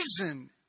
reason